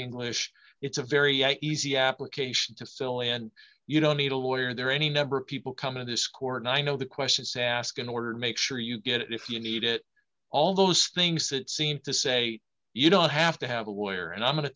english it's a very easy application to sell and you don't need a lawyer and there are any number of people come in this court and i know the questions asked in order to make sure you get it if you need it all those things that seem to say you don't have to have a lawyer and i'm going to